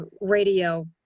radio